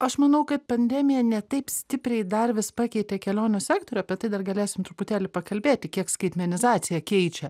aš manau kad pandemija ne taip stipriai dar vis pakeitė kelionių sektorių apie tai dar galėsim truputėlį pakalbėti kiek skaitmenizacija keičia